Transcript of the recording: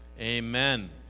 Amen